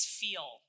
feel